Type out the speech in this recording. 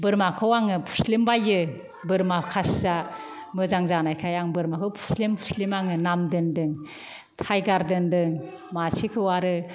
बोरमाखौ आङो फुस्लिमबायो बोरमा खासिया मोजां जानायखाय आं बोरमाखौ फुस्लिम फुस्लिम आङो नाम दोन्दों थाइगार दोन्दों मासेखौ आरो